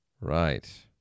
Right